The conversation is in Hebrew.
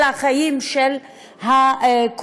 על החיים של הקורבן,